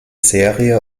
serie